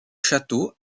château